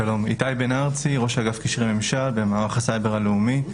אני ראש אגף קשרי ממשל במערך הסייבר הלאומי.